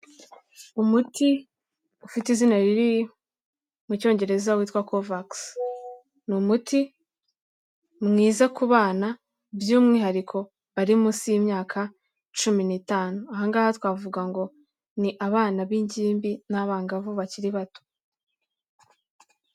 Umuti ufite izina riri mu cyongereza witwa kovagisi. Ni umuti mwiza ku bana by'umwihariko bari munsi y'imyaka cumi n'itanu. Aha ngaha twavuga ngo ni abana b'ingimbi n'abangavu bakiri bato.